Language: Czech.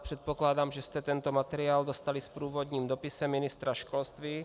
Předpokládám, že jste tento materiál dostali s průvodním dopisem ministra školství.